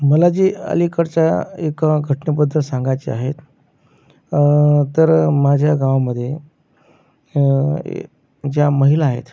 मला जे अलीकडच्या एका घटनेबद्दल सांगायचे आहे तर माझ्या गावामधे ज्या महिला आहेत